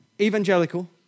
evangelical